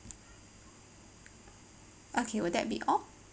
okay will that be all